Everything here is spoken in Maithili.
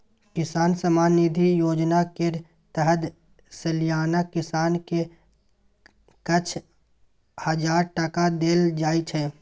किसान सम्मान निधि योजना केर तहत सलियाना किसान केँ छअ हजार टका देल जाइ छै